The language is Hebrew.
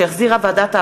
שהחזירה ועדת העבודה,